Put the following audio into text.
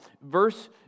verse